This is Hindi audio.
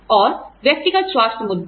और व्यक्तिगत स्वास्थ्य मुद्दे